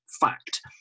fact